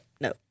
No